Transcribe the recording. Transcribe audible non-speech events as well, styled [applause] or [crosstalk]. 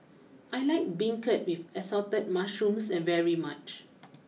I like Beancurd with assorted Mushrooms [unintelligible] very much